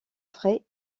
frais